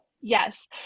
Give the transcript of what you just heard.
Yes